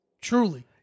truly